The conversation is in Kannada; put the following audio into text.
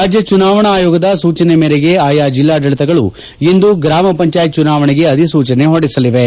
ರಾಜ್ಯ ಚುನಾವಣಾ ಆಯೋಗದ ಸೂಚನೆ ಮೇರೆಗೆ ಆಯಾ ಜಿಲ್ಲಾಡಳಿತಗಳು ಇಂದು ಗ್ರಾಮ ಪಂಚಾಯತ್ ಚುನಾವಣೆಗೆ ಅಧಿಸೂಚನೆ ಹೊರಡಿಸಿವೆ